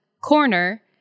corner